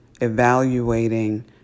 evaluating